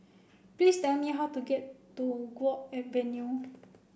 please tell me how to get to Guok Avenue